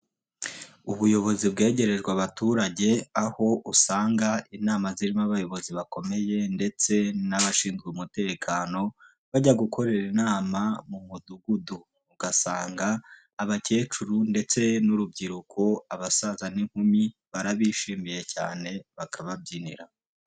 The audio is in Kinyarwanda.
Ubuyobozi bwegerejwe abaturage, aho usanga inama zirimo abayobozi bakomeye ndetse n'abashinzwe umutekano, bajya gukorera inama mu mudugudu. Ugasanga abakecuru ndetse n'urubyiruko, abasaza n'inkumi, barabishimiye cyane, bakababyinira.